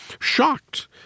shocked